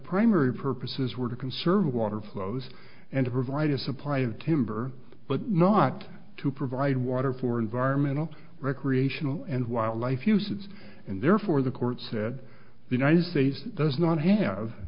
primary purposes were to conserve water flows and to provide a supply of timber but not to provide water for environmental recreational and wildlife uses and therefore the court said the united states does not have